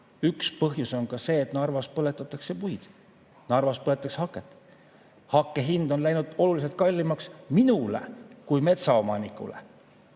Üks põhjus on ka see, et Narvas põletatakse puid, Narvas põletatakse haket. Hakke hind on läinud oluliselt kallimaks. Minule kui metsaomanikule